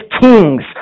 kings